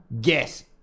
guess